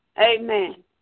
amen